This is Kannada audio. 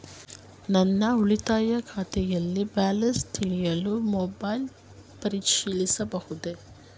ನನ್ನ ಉಳಿತಾಯ ಖಾತೆಯಲ್ಲಿ ಬ್ಯಾಲೆನ್ಸ ತಿಳಿಯಲು ಮೊಬೈಲ್ ಪರಿಶೀಲಿಸಬಹುದೇ?